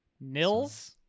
Nils